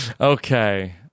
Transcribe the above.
Okay